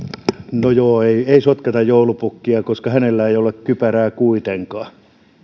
no joo ei ei sotketa tähän joulupukkia koska hänellä ei ole kypärää kuitenkaan